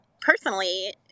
personally